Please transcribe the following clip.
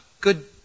good